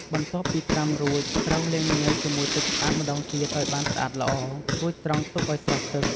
បន្ទាប់ពីត្រាំរួច ត្រូវលាងងាវជាមួយទឹកស្អាតម្ដងទៀតឱ្យបានស្អាតល្អ រួចស្រង់ទុកឱ្យស្រស់ទឹក។